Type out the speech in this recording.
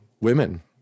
women